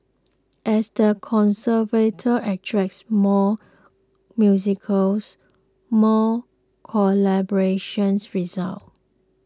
as the conservatory attracts more musicals more collaborations result